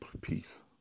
peace